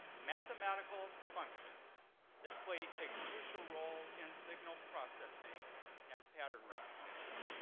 mathematical functions that play a crucial role in signal processing and pattern recognition.